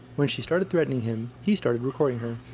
when she started threatening him, he started recording her.